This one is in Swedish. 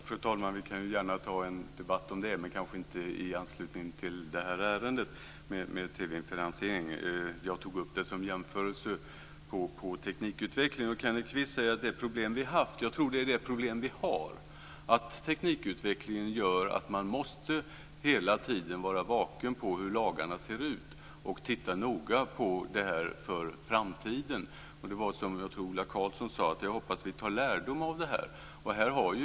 Fru talman! Vi kan gärna föra en debatt om det, men kanske inte i anslutning till detta ärende. Jag tog upp detta som en jämförelse i fråga om teknikutveckling. Kenneth Kvist säger att det är ett problem som vi har haft. Jag tror att det är ett problem som vi har, att teknikutvecklingen gör att man hela tiden måste vara vaken i fråga om hur lagarna ser ut och titta noga på det här för framtiden. Och jag tror att det var Ola Karlsson som sade att han hoppades att vi skulle ta lärdom av detta.